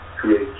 create